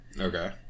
Okay